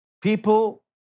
people